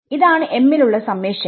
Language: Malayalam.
ഇതാണ് m ലുള്ള സമ്മേഷൻ